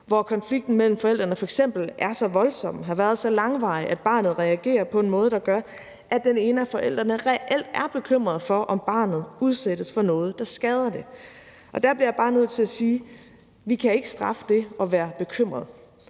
hvor konflikten mellem forældrene f.eks. er så voldsom og har været så langvarig, at barnet reagerer på en måde, der gør, at den ene af forældrene reelt er bekymret for, om barnet udsættes for noget, der skader det. Der bliver jeg bare nødt til at sige, at vi ikke kan straffe det at være bekymret,